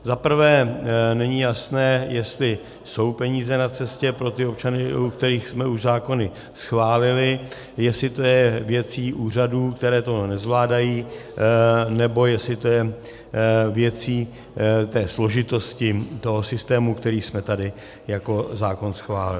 Za prvé není jasné, jestli jsou peníze na cestě pro ty občany, u kterých jsme už zákony schválili, jestli je to věcí úřadů, které to nezvládají, nebo jestli je to věcí složitosti systému, který jsme tady jako zákon schválili.